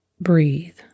Breathe